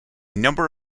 number